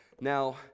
Now